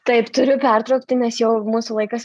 taip turiu pertraukti nes jau mūsų laikas